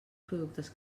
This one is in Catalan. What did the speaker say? productes